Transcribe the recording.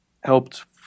helped